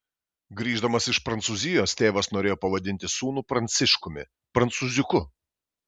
grįždamas iš prancūzijos tėvas norėjo pavadinti sūnų pranciškumi prancūziuku